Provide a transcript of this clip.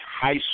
high